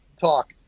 talk